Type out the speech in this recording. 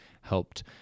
helped